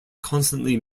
constantly